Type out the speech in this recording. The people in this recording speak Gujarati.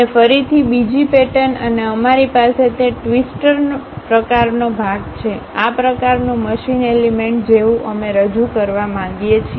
અને ફરીથી બીજી પેટર્ન અને અમારી પાસે તે ટ્વિસ્ટર પ્રકારનો ભાગ છે આ પ્રકારનું મશીન એલિમેન્ટ જેવું અમે રજૂ કરવા માંગીએ છીએ